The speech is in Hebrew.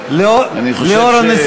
אנחנו רוצים את